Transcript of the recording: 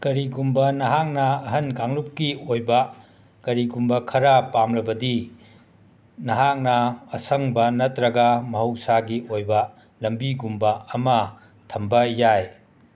ꯀꯔꯤꯒꯨꯝꯕ ꯅꯥꯍꯛꯅ ꯑꯍꯟ ꯀꯡꯂꯨꯞꯀꯤ ꯑꯣꯏꯕ ꯀꯔꯤꯒꯨꯝꯕ ꯈꯔ ꯄꯥꯝꯂꯕꯗꯤ ꯅꯥꯍꯛꯅ ꯑꯁꯪꯕ ꯅꯇ꯭ꯔꯒ ꯃꯍꯧꯁꯥꯒꯤ ꯑꯣꯏꯕ ꯂꯝꯕꯤꯒꯨꯝꯕ ꯑꯃ ꯊꯝꯕ ꯌꯥꯏ